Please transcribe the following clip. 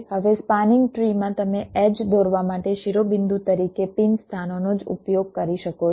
હવે સ્પાનિંગ ટ્રીમાં તમે એડ્જ દોરવા માટે શિરોબિંદુ તરીકે પિન સ્થાનોનો જ ઉપયોગ કરી શકો છો